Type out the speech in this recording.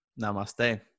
Namaste